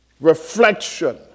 reflection